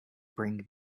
bring